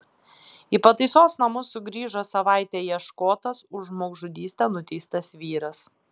į pataisos namus sugrįžo savaitę ieškotas už žmogžudystę nuteistas vyras